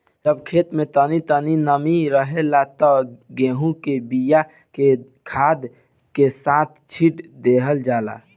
जब खेत में तनी तनी नमी रहेला त गेहू के बिया के खाद के साथ छिट देवल जाला